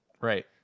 right